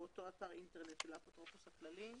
אתר האינטרנט של האפוטרופוס הכללי.